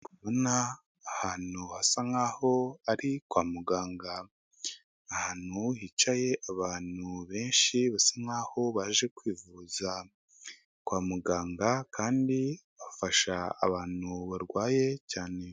Ndikubona ahantu hasa nk'aho ari kwa muganga ahantu hicaye abantu benshi basa nk'aho baje kwivuza, kwa muganga kandi bafasha abantu barwaye cyane.